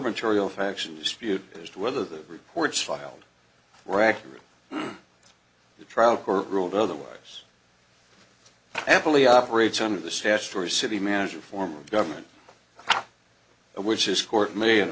mature ial factions dispute as to whether the reports filed were accurate the trial court ruled otherwise happily operates under the statutory city manager form of government which is court may